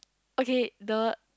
okay the